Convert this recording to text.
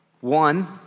One